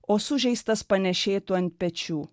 o sužeistas panėšėtų ant pečių